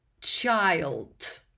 child